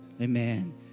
Amen